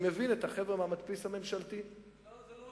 אני מבין את החבר'ה מהמדפיס הממשלתי, זה לא